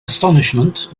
astonishment